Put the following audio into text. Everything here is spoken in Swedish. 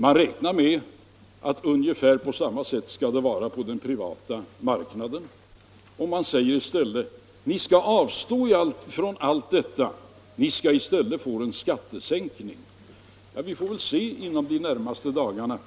Man räknar med att det skall vara på ungefär samma sätt på den privata marknaden också. Danmarks regering säger till de anställda: Ni måste avstå från allt detta; ni skall i stället få en skattesänkning. — Vi får väl se inom de närmaste dagarna,